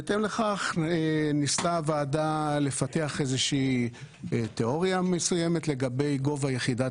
בהתאם לכך ניסתה הוועדה לפתח איזושהי תיאוריה מסוימת לגבי גובה יחידת